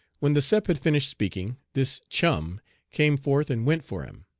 when the sep had finished speaking, this chum came forth and went for him.